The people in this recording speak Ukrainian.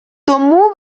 тому